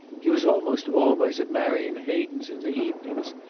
he was almost always at marion hayden's in the evenings,